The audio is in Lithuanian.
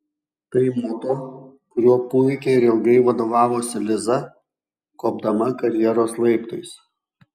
tai moto kuriuo puikiai ir ilgai vadovavosi liza kopdama karjeros laiptais